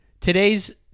Today's